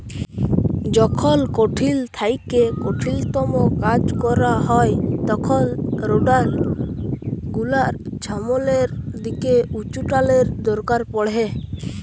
যখল কঠিল থ্যাইকে কঠিলতম কাজ ক্যরা হ্যয় তখল রোডার গুলালের ছামলের দিকে উঁচুটালের দরকার পড়হে